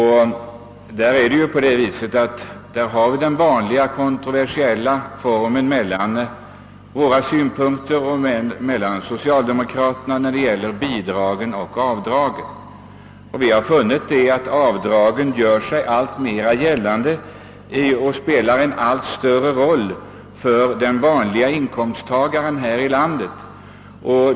Här finns den vanliga kontroversen mellan vår och socialdemokraternas inställning till bidrag och avdrag. Vi har funnit att avdragen gör sig alltmer gällande och spelar en allt större roll för den vanliga inkomsttagaren i vårt land.